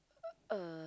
uh